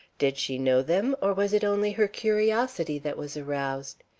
did she know them, or was it only her curiosity that was aroused?